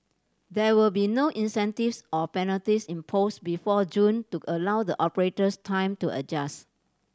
there will be no incentives or penalties imposed before June to allow the operators time to adjust